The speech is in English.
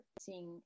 seeing